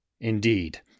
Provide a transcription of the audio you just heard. Indeed